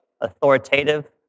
authoritative